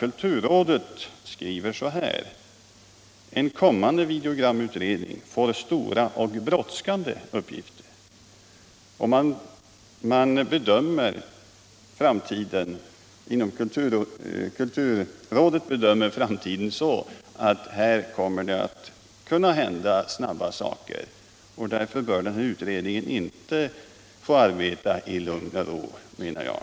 Kulturrådet skriver t.ex. så här: ”En kommande videogramutredning får stora och brådskande uppgifter.” Rådet bedömer framtiden så att här kan saker och ting hända snabbt. Därför bör utredningen inte få arbeta i lugn och ro, menar jag.